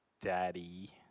daddy